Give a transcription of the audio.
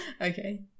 Okay